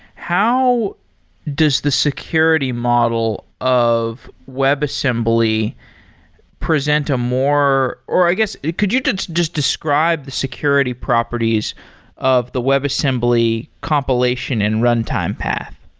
how does the security model of webassembly present a more or i guess could you just describe the security properties of the webassembly compilation and runtime path